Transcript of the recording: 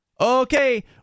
Okay